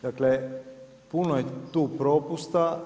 Dakle, puno je tu propusta.